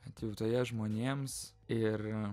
atjautoje žmonėms ir